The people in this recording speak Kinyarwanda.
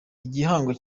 igihango